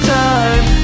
time